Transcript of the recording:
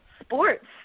sports